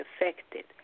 affected